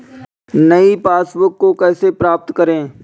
नई पासबुक को कैसे प्राप्त करें?